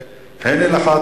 והנה לך,